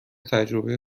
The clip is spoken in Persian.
تجربه